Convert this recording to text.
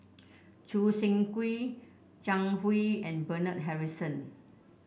Choo Seng Quee Zhang Hui and Bernard Harrison